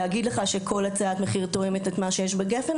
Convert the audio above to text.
להגיד לך שכל הצעת מחיר תואמת את מה שיש בגפ"ן?